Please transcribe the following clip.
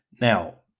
now